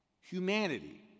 Humanity